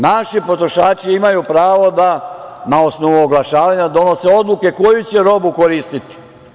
Naši potrošači imaju pravo da na osnovu oglašavanja donose odluke koju će robu koristiti.